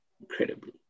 incredibly